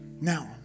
Now